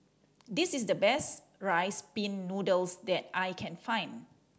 this is the best Rice Pin Noodles that I can find